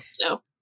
No